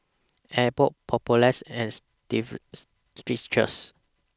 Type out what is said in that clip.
Abbott Papulex and Strepsils